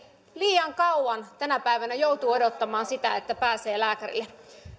liian kauan tänä päivänä joutuu odottamaan sitä että pääsee lääkärille